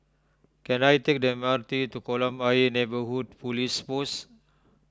can I take the M R T to Kolam Ayer Neighbourhood Police Post